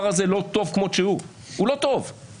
לא מתאים לי לחזור על הביטוי הזה,